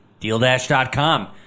DealDash.com